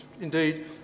Indeed